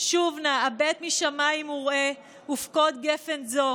שוב נא הבט משמים וראה ופקד גפן זו